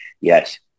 yes